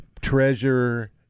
treasure